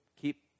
keep